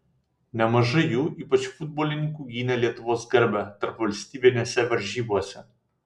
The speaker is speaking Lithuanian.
nemažai jų ypač futbolininkų gynė lietuvos garbę tarpvalstybinėse varžybose